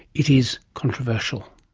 it is controversial.